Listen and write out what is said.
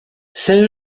saint